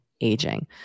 aging